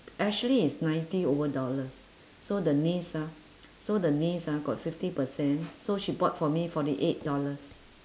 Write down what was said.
actually it's ninety over dollars so the niece ah so the niece ah got fifty percent so she bought for me forty eight dollars